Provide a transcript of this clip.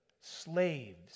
slaves